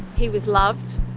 he was loved.